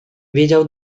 wiedział